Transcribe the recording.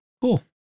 Cool